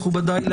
מכובדיי,